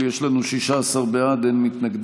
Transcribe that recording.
מיקי